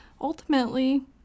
ultimately